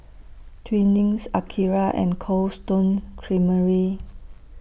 Twinings Akira and Cold Stone Creamery